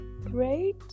great